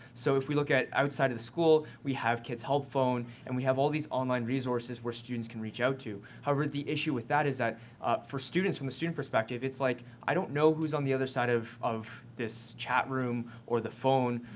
so, if we look at outside of the school, we have kids help phone and we have all these online resources where students can reach out. however, the issue with that is that for students, from the students' perspective, it's like, i don't know who's on the other side of of this chat room or the phone.